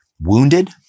wounded